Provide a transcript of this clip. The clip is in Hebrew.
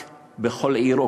שיהיה בכל עיר פארק,